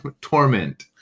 torment